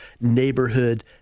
neighborhood